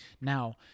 Now